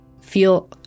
feel